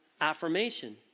affirmation